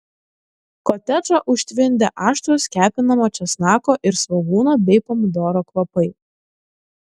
kotedžą užtvindė aštrūs kepinamo česnako ir svogūno bei pomidoro kvapai